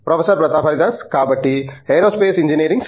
professor Pratap Haridas కాబట్టి aerospace engineering